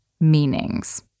meanings